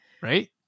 right